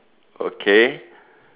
okay